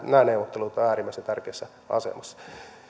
nämä neuvottelut ovat äärimmäisen tärkeässä asemassa